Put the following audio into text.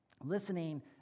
Listening